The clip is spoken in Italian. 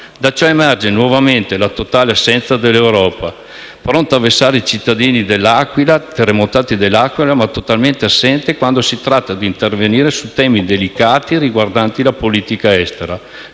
Da ciò emerge nuovamente la totale assenza dell'Europa, pronta a vessare i cittadini terremotati di L'Aquila, ma totalmente assente quando si tratta di intervenire su temi delicati riguardanti la politica estera.